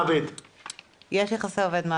זה טוב לך?